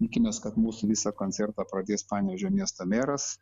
tikimės kad mūsų visą koncertą pradės panevėžio miesto mėras